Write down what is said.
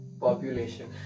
population